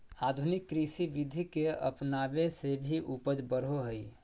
आधुनिक कृषि विधि के अपनाबे से भी उपज बढ़ो हइ